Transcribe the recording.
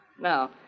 Now